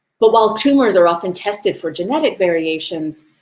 but while tumors are often tested for genetic variations,